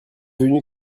venu